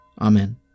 Amen